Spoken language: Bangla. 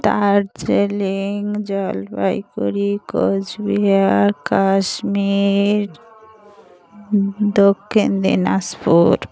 দার্জিলিং জলপাইগুড়ি কোচবিহার কাশ্মীর দক্ষিণ দিনাজপুর